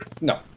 No